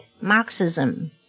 Marxism